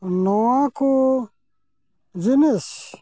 ᱱᱚᱣᱟ ᱠᱚ ᱡᱤᱱᱤᱥ